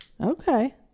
Okay